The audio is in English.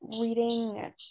reading